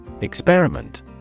Experiment